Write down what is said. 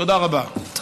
תודה רבה.